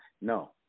No